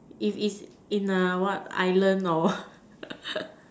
if is in a what island or